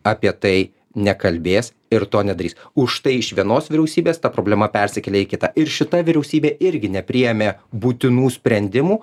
apie tai nekalbės ir to nedarys užtai iš vienos vyriausybės ta problema persikelia į kitą ir šita vyriausybė irgi nepriėmė būtinų sprendimų